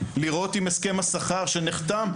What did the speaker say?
לראות אם הסכם השכר שנחתם,